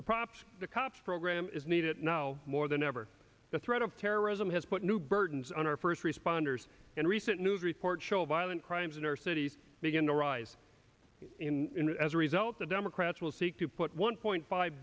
the props the cops program is needed now more than ever the threat of terrorism has put new burdens on our first responders and recent news reports show violent crimes in our cities begin to rise in as a result the democrats will seek to put one point five